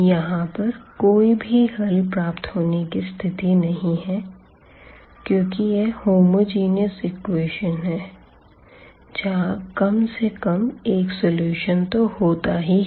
यहाँ कोई भी हल प्राप्त होने की स्थिति नहीं है क्योंकि होमोजेनियस इक्वेशन का कम से कम एक सलूशन तो होता ही है